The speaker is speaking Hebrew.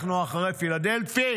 אנחנו אחרי פילדלפי.